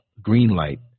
Greenlight